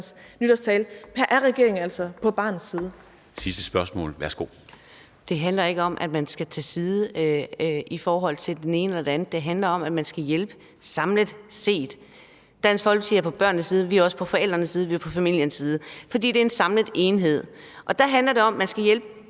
spørgsmål. Værsgo. Kl. 13:24 Karina Adsbøl (DF): Det handler ikke om, at man skal vælge side i forhold til den ene eller den anden; det handler om, at man skal hjælpe samlet set. Dansk Folkeparti er på børnenes side, vi er også på forældrenes side, vi er på familiens side, fordi det er en samlet enhed. Der handler det om, at man skal hjælpe